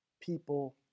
people